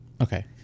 Okay